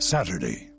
Saturday